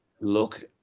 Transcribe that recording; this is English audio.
look